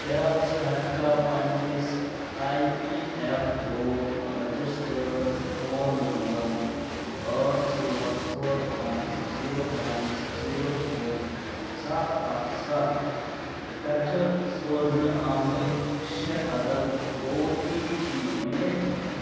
کیٛاہ ژٕ ہٮ۪کہٕ کھا پنٛنِس E P F O registered phone number ٲٹھ ژور ژور پانٛژھ زیٖرو پانٛژھ زیٖرو ژور سَتھ اکھ سَتھ پٮ۪ٹھٕ سوزنہٕ آمٕتۍ شےٚ عدد او ٹی پی ؤنِتھ